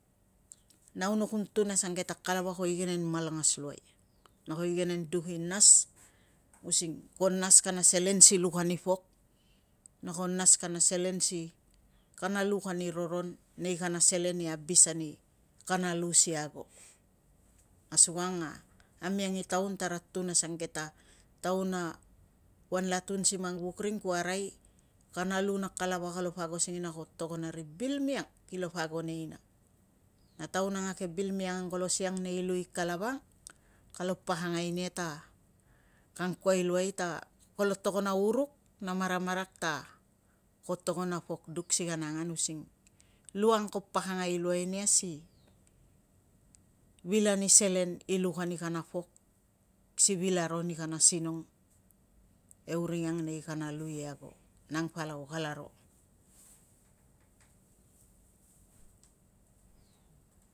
Nau no kun tun asukangke ta kalava kapo mang sikei a igenen malangas luai, na ko igenen duk i nas, using ko nas kana selen si luk ani pok, na ko nas kana selen si kana luk ani roron, nei kana selen i abis ani kana lu asi ago. Asukang amiang i taun tara tun asukangke ta, taun a kuanla tung si mang vuk ring ku arai, kana lu na kalava kapa ago singina kapa togon a ri bil miang, kilapa ago neina. Na taun a ri bil miang kolo siang nei lu i kalava ang, kolo pakangai nia ta, ka angkuai luai ta, kolo togon a uruk na maramarak ta, ko togon a pok duk si kana angan using lu ang ko pakangai luai nia si, vil ani selen i luk ani kana pok si vil aro ani kana sinong e uring ang nei kana lu ipo ago. Nang palau kalaro!